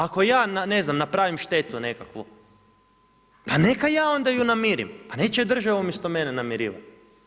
Ako ja ne znam, napravim štetu nekakvu, pa neka ja onda ju namirim, pa neće ju država umjesto mene namirivati.